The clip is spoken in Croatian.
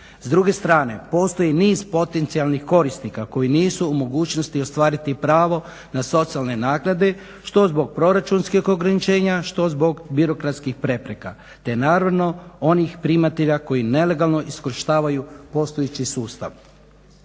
s druge strane postoji niz potencijalnih korisnika koji nisu u mogućnosti ostvariti pravo na socijalne naknade što zbog proračunskog ograničenja što zbog birokratskih prepreka, te naravno onih primatelja koji nelegalno iskorištavaju postojeći sustav.